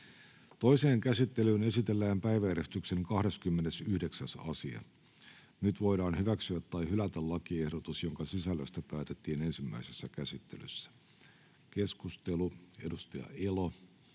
Toiseen käsittelyyn esitellään päiväjärjestyksen 29. asia. Nyt voidaan hyväksyä tai hylätä lakiehdotus, jonka sisällöstä päätettiin ensimmäisessä käsittelyssä. — Keskustelu, edustaja Elo